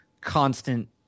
constant